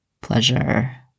pleasure